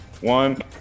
one